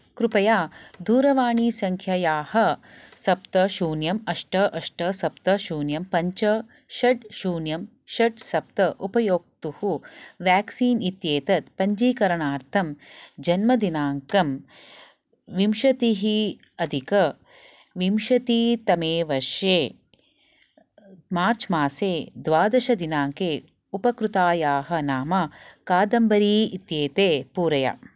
कृपया दूरवाणीसङ्ख्यायाः सप्त शून्यम् अष्ट अष्ट सप्त शून्यं पञ्च षड् शून्यं षड् सप्त उपयोक्तुः वेक्सीन् इत्येतत् पञ्जीकरणार्थं जन्मदिनाङ्कं विंशतिः अधिकविंशतितमे वर्षे मार्च् मासे द्वादशदिनाङ्के उपकृतायाः नाम कादम्बरी इत्येते पूरय